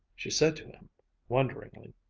she said to him wonderingly,